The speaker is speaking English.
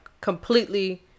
completely